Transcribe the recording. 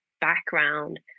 background